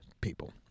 people